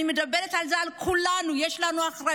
אני אומרת את זה על כולנו, יש לנו אחריות.